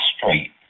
straight